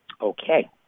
Okay